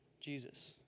Jesus